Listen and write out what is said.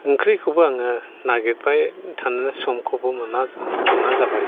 ओंख्रिखौबो आङो नागिरबाय थानो समखौबो मोना जाबाय